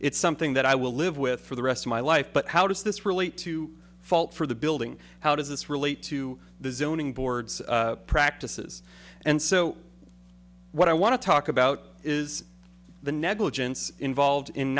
something that i will live with for the rest of my life but how does this relate to fault for the building how does this relate to the zoning boards practices and so what i want to talk about is the negligence involved in